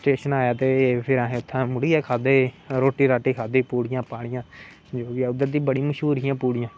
station आया ते फिर आसें उत्थै मुड़ियै खारदे हे रोटी राटी खाद्धी पूड़िया पाड़ियां जो बी ऐ उद् दी बडि़यां मश्हूर ही पूड़ियां